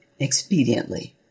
expediently